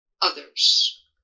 others